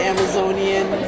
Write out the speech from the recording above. Amazonian